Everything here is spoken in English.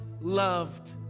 loved